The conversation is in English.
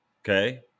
okay